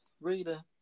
Rita